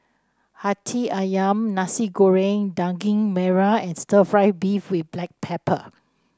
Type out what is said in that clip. hati ayam Nasi Goreng Daging Merah and stir fry beef with Black Pepper